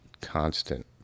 constant